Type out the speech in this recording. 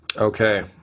Okay